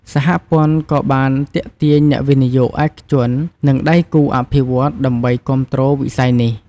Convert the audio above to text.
សហព័ន្ធក៏បានទាក់ទាញអ្នកវិនិយោគឯកជន និងដៃគូអភិវឌ្ឍន៍ដើម្បីគាំទ្រវិស័យនេះ។